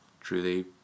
truly